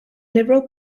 liberal